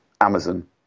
Amazon